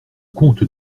comte